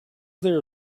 there